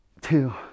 Two